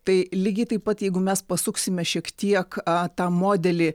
tai lygiai taip pat jeigu mes pasuksime šiek tiek tą modelį